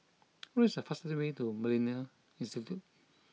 what is the fastest way to Millennia Institute